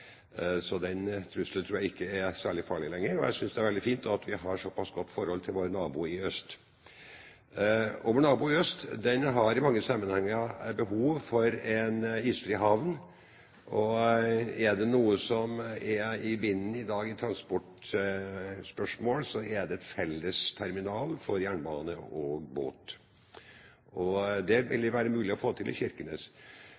så den trusselen tror jeg ikke er særlig farlig lenger. Jeg synes det er veldig fint at vi har såpass godt forhold til vår nabo i øst. Vår nabo i øst har i mange sammenhenger behov for en isfri havn, og er det noe som er i vinden i dag når det gjelder transportspørsmål, er det fellesterminal for jernbane og båt. Det vil